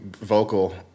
vocal